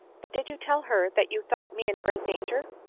but did you tell her that you thought me in great danger?